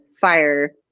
fire